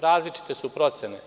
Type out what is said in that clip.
Različite su procene.